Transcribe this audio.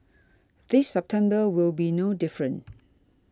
this September will be no different